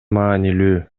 маанилүү